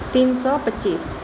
तीन सए पचीस